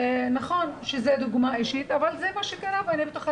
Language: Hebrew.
נכון שזו דוגמה אישית אבל זה מה שקרה ואני בטוחה